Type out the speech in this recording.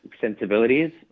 sensibilities